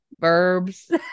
verbs